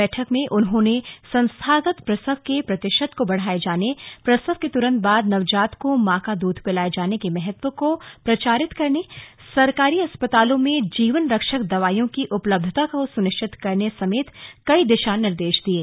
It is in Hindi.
बैठक में उन्होंने संस्थागत प्रसव के प्रतिशत को बढ़ाये जाने प्रसव के तुरंत बाद नवजात को मां का दूध पिलाए जाने के महत्व को प्रचारित करने सरकारी अस्पतालों में जीवनरक्षक दवाइयों की उपलब्धता को सुनिश्चित करने समेत कई दिशा निर्देश दिये